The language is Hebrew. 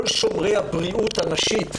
כל שומרי הבריאות הנשית,